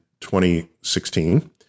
2016